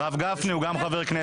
הרב גפני, הוא גם חבר כנסת.